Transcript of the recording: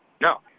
no